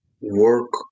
work